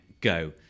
go